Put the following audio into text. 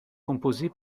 composée